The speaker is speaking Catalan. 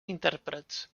intèrprets